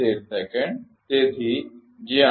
તેથી જ્યાં